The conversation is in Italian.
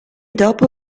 dopo